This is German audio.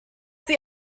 sie